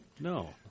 No